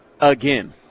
again